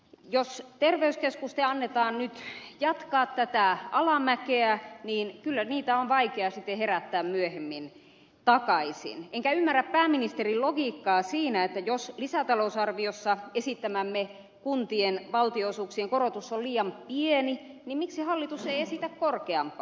jos terveyskeskusten annetaan nyt jatkaa tätä alamäkeä niin kyllä niitä on vaikea sitten herättää myöhemmin takaisin enkä ymmärrä pääministerin logiikkaa siinä että jos lisätalousarviossa esittämämme kuntien valtionosuuksien korotus on liian pieni niin miksi hallitus ei esitä korkeampaa